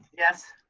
yes.